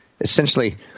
Essentially